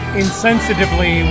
insensitively